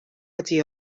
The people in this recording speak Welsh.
ydi